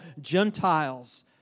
Gentiles